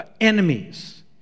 enemies